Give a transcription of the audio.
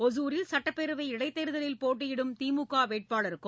ஒசூரில் சுட்டப்பேரவை இடைத்தேர்தலில் போட்டியிடும் திமுக வேட்பாளருக்கும்